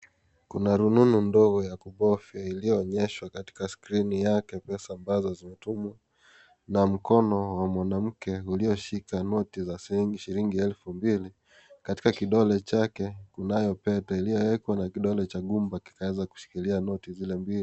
Kuna rununu ndogo ya kubofya iliyoonyeshwa katika screen yake pesa ambazo zimetumwa na mkono wa mwanamke ulioshika noti za shilingi elfu mbili katika kidole chake kunayo pete iliyoekwa na kidole cha gumba kikiweza kushikilia noti zile mbili.